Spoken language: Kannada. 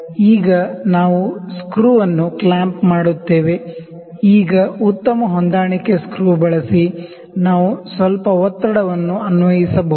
ಈಗ ನಾವು ಸ್ಕ್ರೂ ಅನ್ನು ಕ್ಲ್ಯಾಂಪ್ ಮಾಡುತ್ತೇವೆ ಈಗ ಉತ್ತಮ ಹೊಂದಾಣಿಕೆ ಸ್ಕ್ರೂ ಬಳಸಿ ನಾವು ಸ್ವಲ್ಪಪ್ರೆಷರ್ವನ್ನು ಅನ್ವಯಿಸಬಹುದು